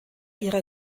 ihrer